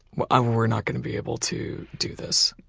we're um we're not going to be able to do this.